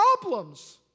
problems